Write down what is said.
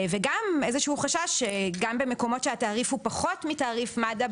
וגם איזשהו חשש שגם במקומות שהתעריף הוא פחות מתעריף מד"א,